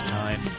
time